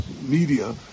media